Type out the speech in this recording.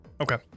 okay